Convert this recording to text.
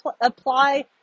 apply